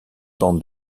bandes